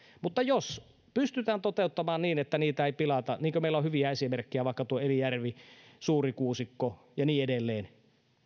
mutta jos ne pystytään toteuttamaan niin että niitä ei pilata niin kuin meillä on hyviä esimerkkejä vaikka tuo elijärvi suurikuusikko ja niin edelleen